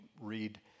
read